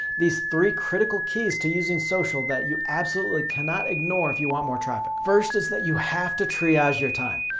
these three critical keys to using social that you absolutely cannot ignore if you want more traffic. first is that you have to triage your time.